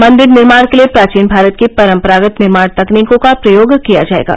मंदिर निर्माण के लिए प्राचीन भारत की परम्परागत निर्माण तकनीकों का प्रयोग किया जाएगा